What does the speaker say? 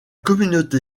communauté